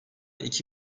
iki